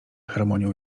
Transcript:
harmonią